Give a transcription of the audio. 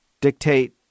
dictate